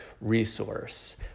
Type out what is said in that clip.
resource